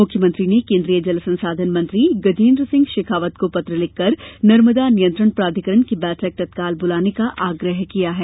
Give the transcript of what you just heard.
मुख्यमंत्री ने केन्द्रीय जल संसाधन मंत्री गजेन्द्र सिंह शेखावत को पत्र लिखकर नर्मदा नियंत्रण प्राधिकरण की बैठक तत्काल बुलाने का आग्रह किया है